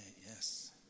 yes